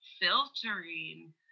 filtering